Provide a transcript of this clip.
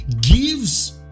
gives